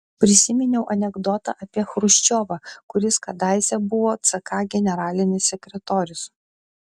prisiminiau anekdotą apie chruščiovą kuris kadaise buvo ck generalinis sekretorius